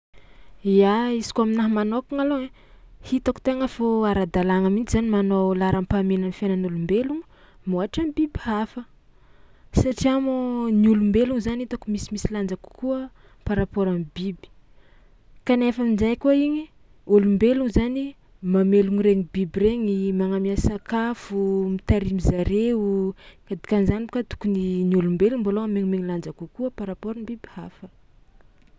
Ia, izy kôa aminahy manôkagna alôha ai hitako tegna fo ara-dalàgna mihitsy zany manao laharam-pahamehagna ny fiainan'olombelogno mihoatra ny biby hafa satria moa ny olombelogno zany hitako misimisy lanjany kokoa par rapport am'biby kanefa amin-jay koa igny olombelogno zany mamelogno regny biby regny, magnamia sakafo, mitarimy zareo de dikan'izany baka tokony ny olombelogno mbôloha amiagnamiagna lanja kokoa par rapport am'biby hafa.